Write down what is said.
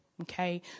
Okay